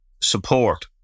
support